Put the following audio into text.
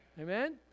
Amen